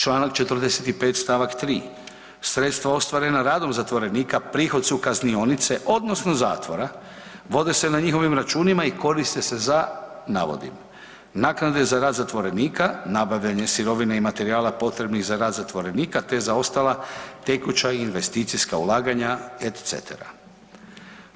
Članak 45. stavak 3. sredstva ostvarena radom zatvorenika prihod su kaznionice odnosno zatvora, vode se na njihovim računima i koriste se za navodim naknade za rad zatvorenika, nabavljanje sirovine i materijala potrebnih za rad zatvorenika, te za ostala tekuća i investicijska ulaganja itd.